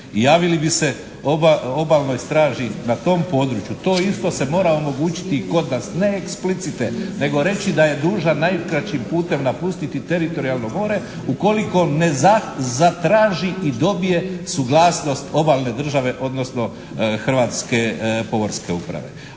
Javili bi se obalnoj straži na tom području. To isto se mora omogućiti i kod nas. Ne eksplicite nego reći da je dužan najkraćim putem napustiti teritorijalno more ukoliko ne zatraži i dobije suglasnost obalne države, odnosno Hrvatske pomorske uprave.